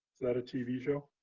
that a tv show?